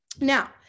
now